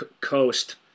coast